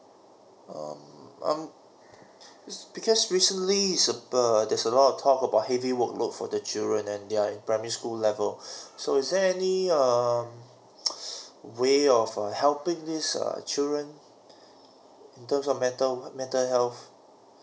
um I'm because recently he is err there's a lot of talk about heavy workload for the children when they are in primary school level so is there any um way of err helping this err children in terms of mental mental health